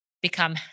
become